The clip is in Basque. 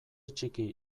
txiki